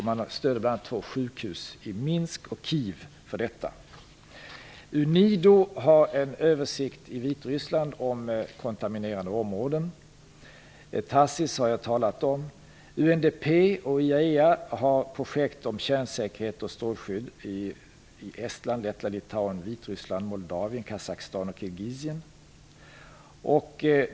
Man stöder bl.a. två sjukhus i Minsk och Kijev. UNIDO har gjort en översikt i Vitryssland om kontaminerade områden. TACIS har jag talat om. UNDP och IAEA har projekt om kärnsäkerhet och strålskydd i Estland, Lettland, Litauen, Vitryssland, Moldavien, Kazakstan och Kirgisien.